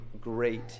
great